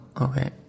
okay